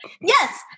Yes